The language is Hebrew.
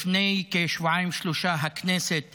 לפני כשבועיים-שלושה הכנסת